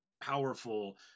powerful